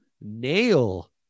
nail